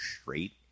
straight